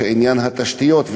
זה עניין התשתיות,